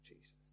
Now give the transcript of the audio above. Jesus